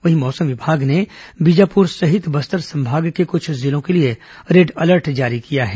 वहीं मौसम विभाग ने बीजापुर सहित बस्तर संभाग के कुछ जिलों के लिए रेड अलर्ट जारी किया है